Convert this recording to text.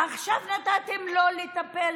עכשיו נתתם לו לטפל